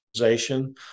organization